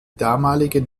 damaligen